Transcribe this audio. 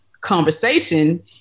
conversation